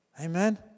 Amen